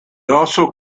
also